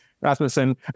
Rasmussen